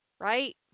Right